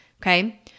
Okay